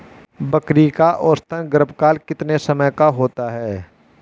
बकरी का औसतन गर्भकाल कितने समय का होता है?